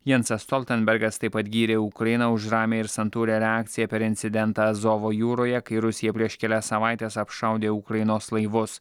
jansas stoltenbergas taip pat gyrė ukrainą už ramią ir santūrią reakciją per incidentą azovo jūroje kai rusija prieš kelias savaites apšaudė ukrainos laivus